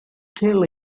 tell